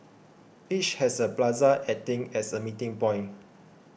each has a plaza acting as a meeting point